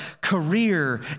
career